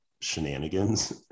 shenanigans